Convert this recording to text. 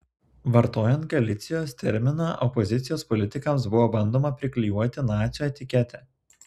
vartojant galicijos terminą opozicijos politikams buvo bandoma priklijuoti nacių etiketę